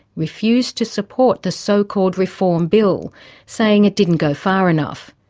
refused to support the so-called reform bill saying it didn't go far enough.